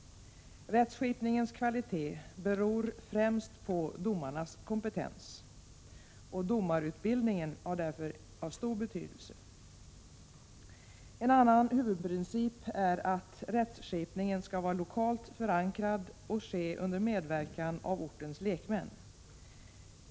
Rättsskipningens kvalitet beror främst på domarnas kompetens. Domarutbildningen är därför av stor betydelse. En annan huvudprincip är att rättsskipningen skall vara lokalt förankrad och ske under medverkan av ortens lekmän.